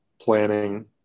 planning